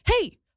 hey